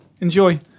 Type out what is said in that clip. Enjoy